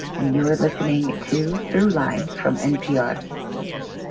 and you are listening to throughline from npr